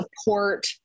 support